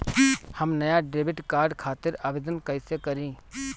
हम नया debit card खातिर आवेदन कईसे करी?